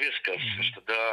viskas aš tada